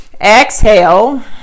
exhale